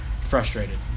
frustrated